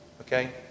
Okay